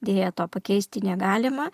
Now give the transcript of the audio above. deja to pakeisti negalima